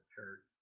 Church